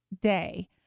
day